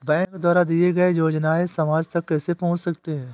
Bank द्वारा दिए गए योजनाएँ समाज तक कैसे पहुँच सकते हैं?